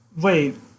Wait